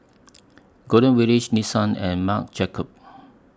Golden Village Nissan and Marc Jacobs